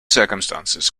circumstances